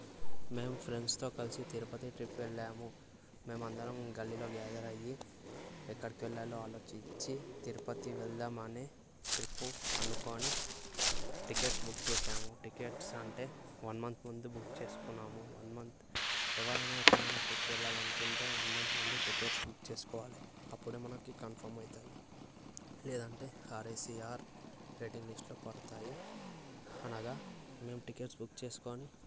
మేం ఫ్రెండ్స్తో కలిసి తిరుపతి ట్రిప్ వెళ్ళాము మేము అందరం గల్లీలో గ్యాదర్ అయ్యి ఎక్కడికి వెళ్ళాలో ఆలోచించి తిరుపతి వెళదామని ట్రిప్పు అనుకోని టికెట్స్ బుక్ చేసాము టికెట్స్ అంటే వన్ మంత్ ముందు బుక్ చేసుకున్నాము వన్ మంత్ ఎవరైనా ఎక్కడికైనా ట్రిప్ వెళ్ళాలంటే వన్ మంత్ ముందు టికెట్స్ బుక్ చేసుకోవాలి అప్పుడే మనకి కన్ఫర్మ్ అయితుంది లేదంటే ఆర్ఎసీఆర్ వెయిటింగ్ లిస్టులో పడతాయి అనగా మేము టికెట్స్ బుక్ చేసుకొని